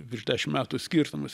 virš dešim metų skirtumas